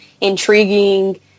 intriguing